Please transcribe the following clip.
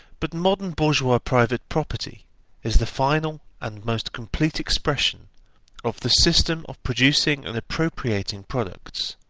but modern bourgeois private property is the final and most complete expression of the system of producing and appropriating products,